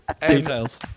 Details